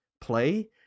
play